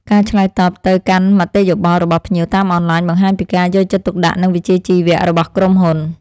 ការឆ្លើយតបទៅកាន់មតិយោបល់របស់ភ្ញៀវតាមអនឡាញបង្ហាញពីការយកចិត្តទុកដាក់និងវិជ្ជាជីវៈរបស់ក្រុមហ៊ុន។